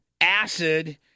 Acid